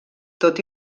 tot